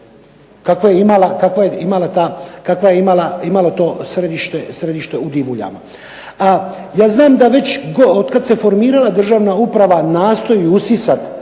kakve je imalo to središte u Divuljama. Ja znam da već od kad se formirala Državna uprava nastoji usisati